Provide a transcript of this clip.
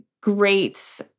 great